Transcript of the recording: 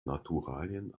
naturalien